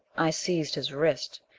i seized his wrist.